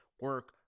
Work